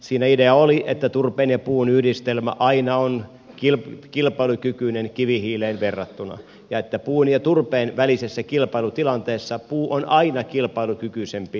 siinä idea oli että turpeen ja puun yhdistelmä on aina kilpailukykyinen kivihiileen verrattuna ja että puun ja turpeen välisessä kilpailutilanteessa puu on aina kilpailukykyisempi turpeeseen verrattuna